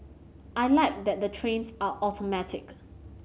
I like that the trains are automatic